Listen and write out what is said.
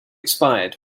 expired